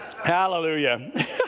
Hallelujah